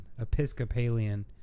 Episcopalian